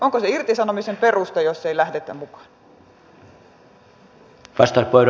onko se irtisanomisen peruste jos ei lähdetä mukaan